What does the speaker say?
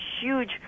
huge